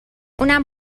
اونم